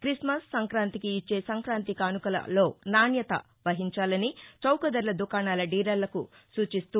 క్రిస్తుస్ సంక్రాంతికి ఇచ్చే సంక్రాంతి కానుకలలో నాణ్యత వహించాలని చౌకధరల దుకాణాల దీలర్లకు సూచిస్తూ